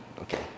okay